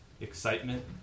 excitement